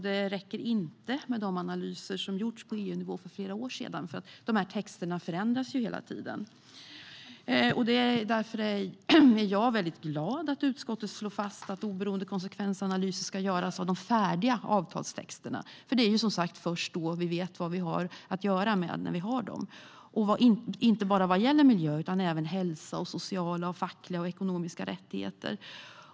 Det räcker inte med de analyser som har gjorts på EU-nivå för flera år sedan. Texterna förändras hela tiden. Jag är glad att utskottet slår fast att oberoende konsekvensanalyser ska göras av de färdiga avtalstexterna. Det är, som sagt, först då vi vet vad vi har att göra med. Det gäller inte bara miljön utan även för hälsa samt för sociala, fackliga och ekonomiska rättigheter.